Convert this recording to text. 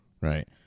Right